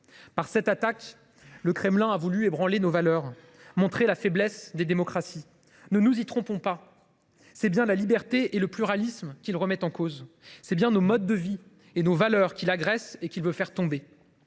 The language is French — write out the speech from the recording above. Par cette attaque, le Kremlin a voulu ébranler nos valeurs et montrer la faiblesse des démocraties. Ne nous y trompons pas : ce sont bien la liberté et le pluralisme qu’il remet en cause, nos modes de vie et nos valeurs qu’il agresse et veut faire tomber.